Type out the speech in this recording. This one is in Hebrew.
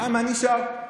מה נשאר.